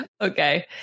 okay